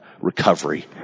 recovery